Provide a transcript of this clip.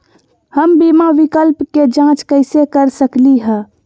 हम बीमा विकल्प के जाँच कैसे कर सकली ह?